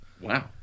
Wow